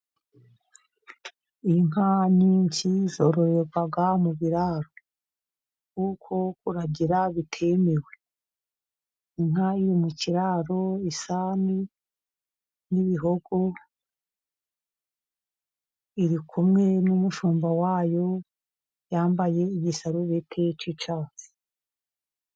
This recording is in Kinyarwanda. Inka nyinshi zarorerwa mu biraro kuko kuragira bitemewe. Inka iri mu kiraro isa n'ibihogo iri kumwe n'umushumba wayo yambaye igisarubeti cyicyatsi.